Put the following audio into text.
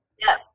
Yes